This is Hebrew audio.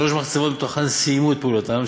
שלוש מחצבות מתוכן סיימו את פעילותן,